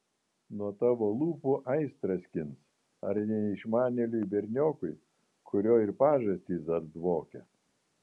nuo tavo lūpų aistrą skins ar neišmanėliui berniokui kurio ir pažastys dar dvokia